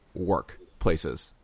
workplaces